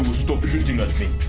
ah stop shooting at me.